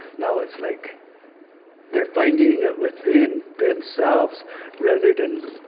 now it's like they're finding it within themselves rather than